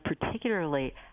particularly